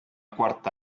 quarta